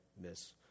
miss